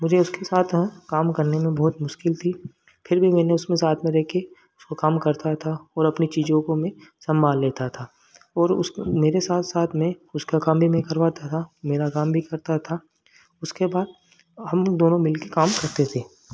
मुझे उसके साथ ह काम करने में बहुत मुश्किल थी फिर भी मैंने उसमें साथ में रह कर जो काम करता था और अपनी चीज़ों को मैं सम्भाल लेता था और उस मेरे साथ साथ में उसका काम भी मैं करवाता था मेरा काम भी था उसके बाद हम दोनों मिल कर काम करते थे